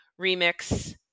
Remix